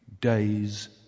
day's